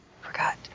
Forgot